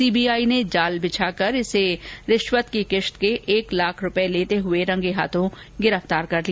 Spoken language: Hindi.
सीबीआई ने जाल बिछाकर इसे रिश्वत की किस्त के एक लाख रूपए लेते हुए रंगे हाथ गिरफ़तार किया